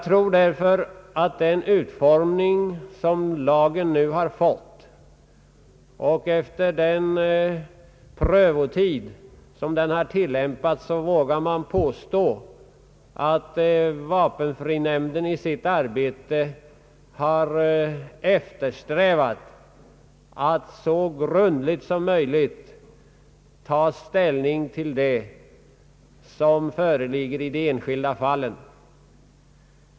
Med hänsyn till den utformning som lagen har fått och efter den prövotid under vilken den har tillämpats vågar jag påstå att vapenfrinämnden i sitt arbete har eftersträvat att så grundligt som möjligt ta ställning till de omständigheter som föreligger i de enskilda fallen.